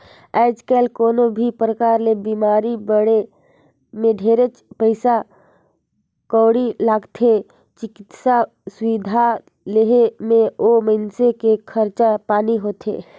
आयज कायल कोनो भी परकार ले बिमारी पड़े मे ढेरेच पइसा कउड़ी लागथे, चिकित्सा सुबिधा लेहे मे ओ मइनसे के खरचा पानी होथे